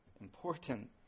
important